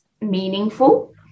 meaningful